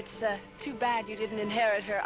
it's too bad you didn't inherit her